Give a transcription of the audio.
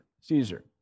Caesar